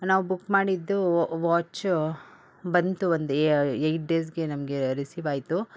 ನಾವು ಬುಕ್ ಮಾಡಿದ್ದು ವಾಚ್ ಬಂತು ಒಂದು ಏಯ್ಟ್ ಡೇಸ್ಗೆ ನಮಗೆ ರಿಸೀವಾಯಿತು